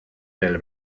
del